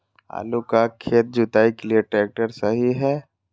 आलू का खेत जुताई के लिए ट्रैक्टर सही है?